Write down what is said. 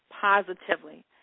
positively